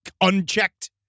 unchecked